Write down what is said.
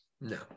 No